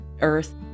earth